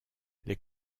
les